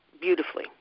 beautifully